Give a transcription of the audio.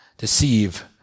Deceive